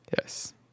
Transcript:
Yes